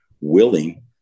willing